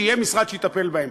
שיהיה משרד שיטפל בהם,